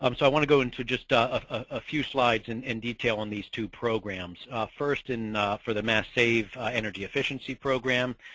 um so i want to go into just ah ah few slides and and detail on these two programs. first, and for the mass save energy efficiency program,